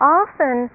often